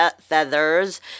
feathers